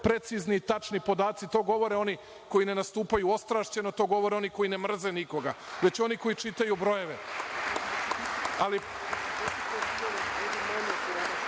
precizni i tačni podaci, to govore oni koji ne nastupaju ostrašćeno, to govore oni koji ne mrze nikoga, već oni koji čitaju brojeve, i